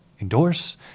endorse